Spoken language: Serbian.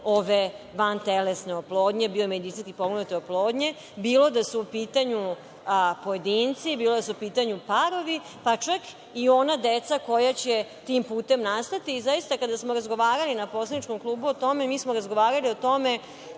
ove vantelesne oplodnje, biomedicinski potpomognute oplodnje, bilo da su u pitanju pojedinci, bilo da su u pitanju parovi, pa čak i ona deca koja će tim putem nastati. Zaista, kada smo razgovarali u poslaničkom klubu o tome, razgovarali smo o tome